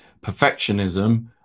perfectionism